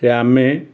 ସେ ଆମେ